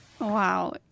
Wow